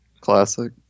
classic